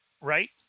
Right